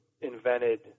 invented